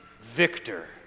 victor